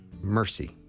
mercy